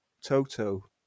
Toto